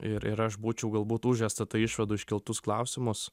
ir ir aš būčiau galbūt už stt išvadų iškeltus klausimus